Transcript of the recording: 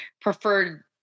preferred